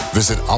visit